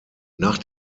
nach